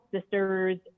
sisters